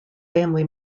family